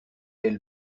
elle